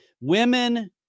women